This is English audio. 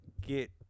get